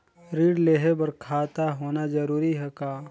ऋण लेहे बर खाता होना जरूरी ह का?